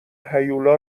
هیولا